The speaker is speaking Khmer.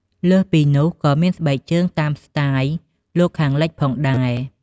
លើសពីនោះក៏មានស្បែកជើងតាមស្ទាយលោកខាងលិចផងដែរ។